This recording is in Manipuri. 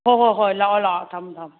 ꯍꯣꯏ ꯍꯣꯏ ꯍꯣꯏ ꯂꯥꯛꯑꯣ ꯂꯥꯛꯑꯣ ꯊꯝꯃꯣ ꯊꯝꯃꯣ